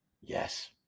Yes